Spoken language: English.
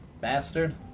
bastard